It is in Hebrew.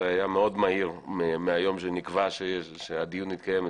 זה היה מאוד מהיר מהיום שנקבע שהדיון יתקיים אצלך,